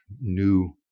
new